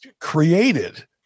created